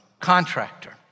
contractor